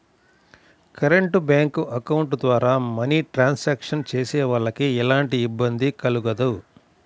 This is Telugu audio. కరెంట్ బ్యేంకు అకౌంట్ ద్వారా మనీ ట్రాన్సాక్షన్స్ చేసేవాళ్ళకి ఎలాంటి ఇబ్బంది కలగదు